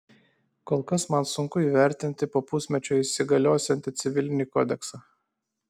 kol kas man sunku įvertinti po pusmečio įsigaliosiantį civilinį kodeksą